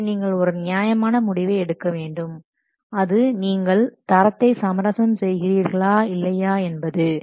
எனவே நீங்கள் ஒரு நியாயமான முடிவை எடுக்க வேண்டும் அது நீங்கள் தரத்தை சமரசம் செய்கிறீர்களா இல்லையா என்பது